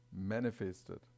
manifested